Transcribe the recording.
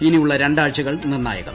ഇനിയുള്ള രണ്ടാഴ്ചകൾ നിർണായകം